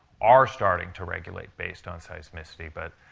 are starting to regulate based on seismicity. but,